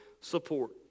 support